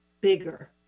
bigger